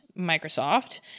Microsoft